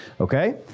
okay